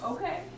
Okay